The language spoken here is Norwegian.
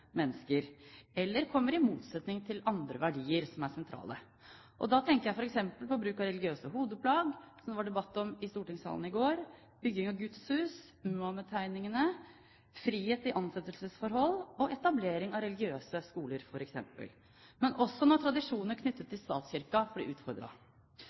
mennesker, eller kommer i motsetning til sentrale verdier. Da tenker jeg f.eks. på bruk av religiøse hodeplagg, som det var debatt om i stortingssalen i går, bygging av gudshus, Muhammed-tegningene, frihet i ansettelsesforhold og etablering av religiøse skoler. Men jeg tenker også på at tradisjoner knyttet